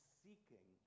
seeking